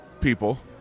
people